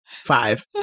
Five